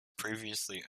previously